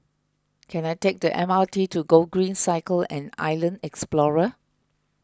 can I take the M R T to Gogreen Cycle and Island Explorer